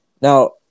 Now